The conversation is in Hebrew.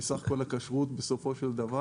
כי בסך הכול הכשרות בסופו של דבר,